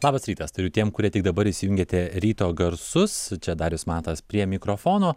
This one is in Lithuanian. labas rytas tariu tiem kurie tik dabar įsijungiate ryto garsus čia darius matas prie mikrofono